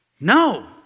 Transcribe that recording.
No